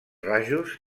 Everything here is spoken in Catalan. rajos